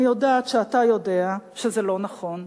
אני יודעת שאתה יודע שזה לא נכון.